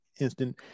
instant